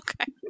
okay